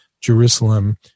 Jerusalem